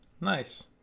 Nice